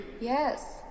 Yes